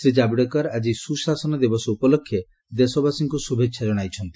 ଶ୍ରୀ ଜାବଡ଼େକର ଆଜି ସୁଶାସନ ଦିବସ ଉପଲକ୍ଷେ ଦେଶବାସୀଙ୍କୁ ଶୁଭେଚ୍ଛା ଜଣାଇଛନ୍ତି